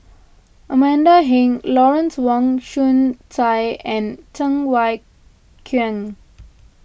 Amanda Heng Lawrence Wong Shyun Tsai and Cheng Wai Keung